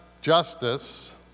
justice